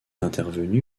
intervenu